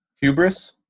hubris